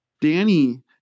Danny